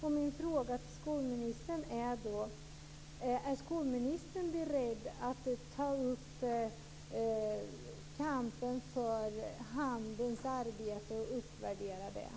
Min fråga till skolministern är: Är skolministern beredd att ta upp kampen för handens arbete och uppvärdera det?